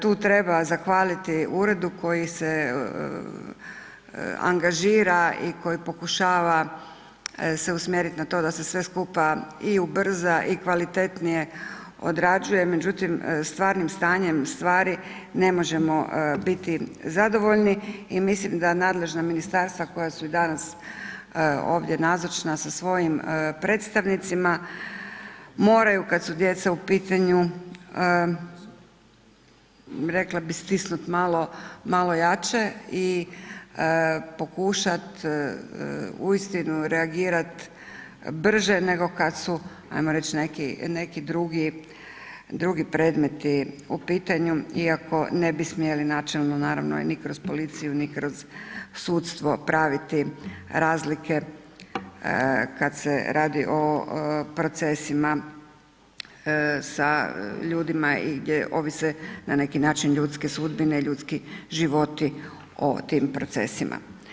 Tu treba zahvaliti uredu koji se angažira i koji pokušava se usmjeriti na to da se sve skupa i ubrza i kvalitetnije odrađuje, međutim stvarnim stanjem stvari ne možemo biti zadovoljni i mislim da nadležna ministarstva koja su i danas ovdje nazočna sa svojim predstavnicima moraju kad su djeca u pitanju, rekla bih, stisnuti malo jače i pokušati uistinu reagirati brže nego kad su, hajmo reći neki drugi predmeti u pitanju iako ne bi smjeli načelno naravno ni kroz policiju ni kroz sudstvo praviti razlike kad se radi o procesima sa ljudima i gdje ovise na neki način, ljudske sudbine i ljudski životi o tim procesima.